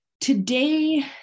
Today